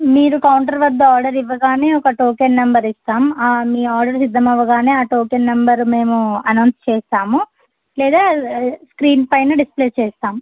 మీరు కౌంటర్ వద్ద ఆర్డర్ ఇవ్వగానే ఒక టోకెన్ నెంబర్ ఇస్తాం మీ ఆర్డర్ సిద్ధమవ్వగానే ఆ టోకెన్ నెంబర్ మేము అనౌన్స్ చేస్తాము లేదా స్క్రీన్ పైన డిసప్లే చేస్తాం